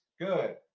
Good